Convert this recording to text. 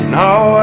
now